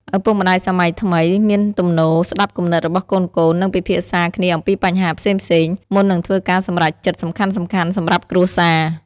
ឪពុកម្ដាយសម័យថ្មីមានទំនោរ ស្ដាប់គំនិតរបស់កូនៗ និង ពិភាក្សាគ្នាអំពីបញ្ហាផ្សេងៗ មុននឹងធ្វើការសម្រេចចិត្តសំខាន់ៗសម្រាប់គ្រួសារ។